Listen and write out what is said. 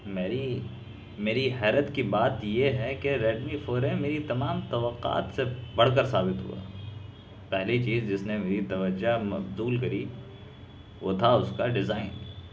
میری میری حیرت کی بات یہ ہے کہ ریڈمی فور ایم میری تمام توقعات کے برھ کر ثابت ہوا پہلی چیز جس نے میری توجہ مبذول کری وہ تھا اس کا ڈیزائن